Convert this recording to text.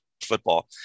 football